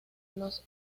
los